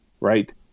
Right